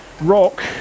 rock